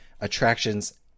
attraction's